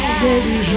baby